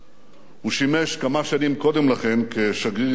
הוא שימש כמה שנים קודם לכן כשגריר ישראל שם.